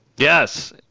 Yes